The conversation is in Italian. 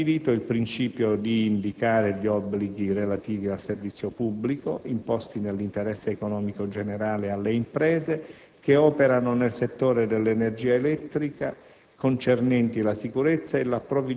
In particolare, viene stabilito il principio di indicare gli obblighi relativi al servizio pubblico imposti nell'interesse economico generale alle imprese che operano nel settore dell'energia elettrica